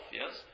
yes